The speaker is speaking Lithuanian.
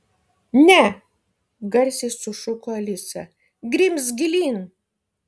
ne garsiai sušuko alisa grimzk gilyn